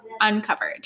uncovered